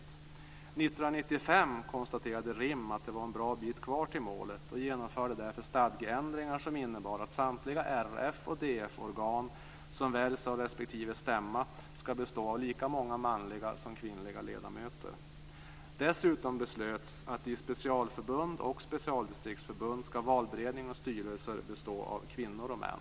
År 1995 konstaterade RIM att det var en bra bit kvar till målet och genomförde därför stadgeändringar som innebar att samtliga RF och DF organ som väljs av respektive stämma skall bestå av lika många manliga som kvinnliga ledamöter. Dessutom beslöts att i specialförbund och specialdistriktsförbund skall valberedningar och styrelser bestå av kvinnor och män.